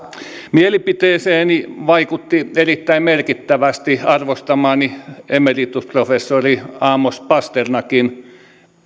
mielipiteeseeni vaikutti erittäin merkittävästi arvostamani emeritusprofessori amos pasternackin